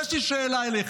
אבל יש לי שאלה אליך: